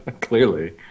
Clearly